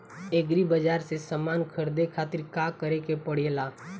Agri बाज़ार से समान ख़रीदे खातिर का करे के पड़ेला?